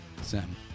Sam